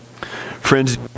Friends